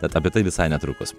kad apie tai visai netrukus